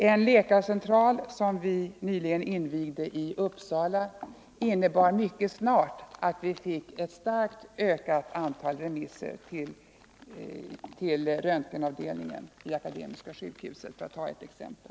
En läkarcentral, som vi nyligen invigde i Uppsala, innebar mycket snart att vi fick ett starkt ökat antal remisser till röntgenavdelningen vid Akademiska sjukhuset för att ta ett exempel.